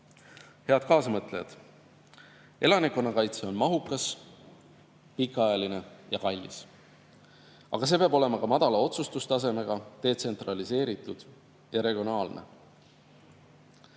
Head kaasamõtlejad! Elanikkonnakaitse on mahukas, pikaajaline ja kallis, aga see peab olema ka madala otsustustasemega, detsentraliseeritud ja regionaalne.